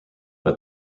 but